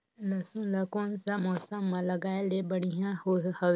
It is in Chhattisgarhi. लसुन ला कोन सा मौसम मां लगाय ले बढ़िया हवे?